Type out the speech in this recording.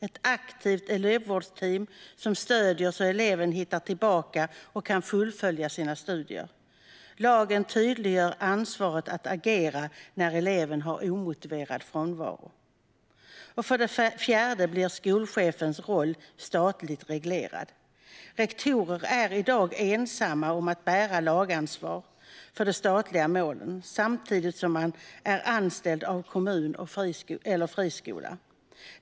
Ett aktivt elevvårdsteam ska ge stöd, så att eleven hittar tillbaka och kan fullfölja sina studier. Lagen tydliggör ansvaret att agera när eleven har omotiverad frånvaro. För det fjärde blir skolchefens roll statligt reglerad. Rektorer är i dag ensamma om att bära lagansvar för de statliga målen, samtidigt som de är anställda av en kommun eller friskola.